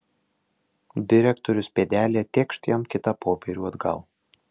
direktorius pėdelė tėkšt jam kitą popierių atgal